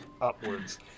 upwards